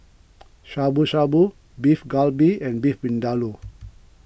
Shabu Shabu Beef Galbi and Beef Vindaloo